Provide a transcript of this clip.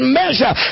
measure